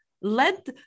Let